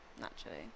naturally